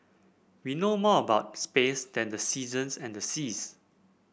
we know more about space than the seasons and the seas